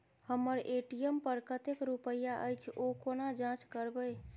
हम्मर ए.टी.एम पर कतेक रुपया अछि, ओ कोना जाँच करबै?